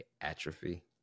atrophy